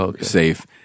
safe